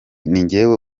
ninjye